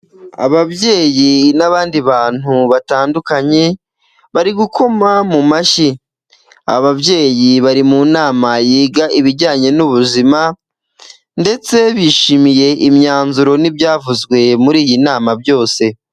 Ababyeyi n'abandi bantu batandukanye, bari gukoma mu mashyi, ababyeyi bari mu nama yiga ibijyanye n'ubuzima, ndetse bishimiye imyanzuro n'ibyavuzwe muri iyi nama byose.